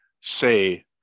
say